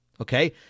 okay